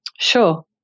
Sure